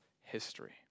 history